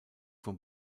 vom